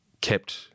kept